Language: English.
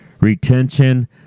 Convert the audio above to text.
retention